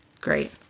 Great